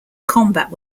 combat